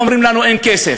ואומרים לנו: אין כסף.